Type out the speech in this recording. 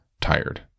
tired